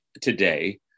today